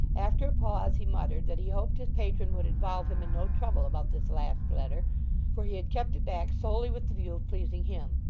after a pause he muttered that he hoped his patron would involve him in no trouble about this last letter for he had kept it back solely with the view of pleasing him.